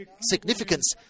significance